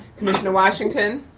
commissioner washington.